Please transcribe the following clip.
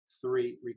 three